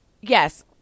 yes